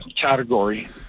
category